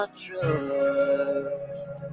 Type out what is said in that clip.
trust